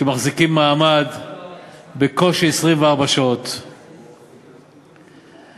שוחחה אתי על הנושא לדעתי כבר ביומה הראשון של